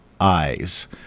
eyes